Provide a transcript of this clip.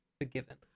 forgiven